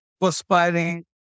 perspiring